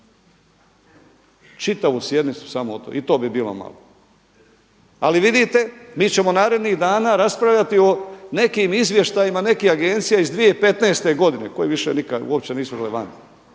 Čitavu sjednicu samo o tome i to bi bilo malo. Ali vidite, mi ćemo narednih dana raspravljati o nekim izvještajima nekih agencija iz 2015. godine koje uopće više nisu relevantne.